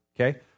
Okay